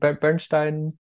Bernstein